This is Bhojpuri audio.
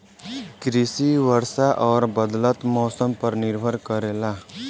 कृषि वर्षा और बदलत मौसम पर निर्भर करेला